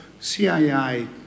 CII